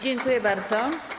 Dziękuję bardzo.